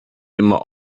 immer